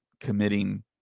committing